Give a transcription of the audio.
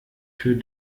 für